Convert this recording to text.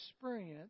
experience